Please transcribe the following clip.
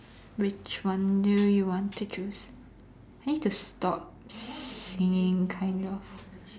which one do you want to choose I need to stop singing kind of